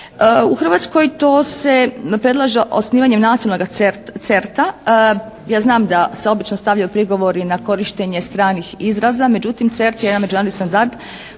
U Hrvatskoj to se predlaže osnivanjem Nacionalnoga CERT-a. Ja znam da se obično stavljaju prigovori na korištenje stranih izraza. Međutim, CERT je jedan međunarodni standard